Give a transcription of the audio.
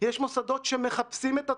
יש מוסדות שמחפשים את התוצאות.